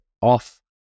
off